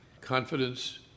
confidence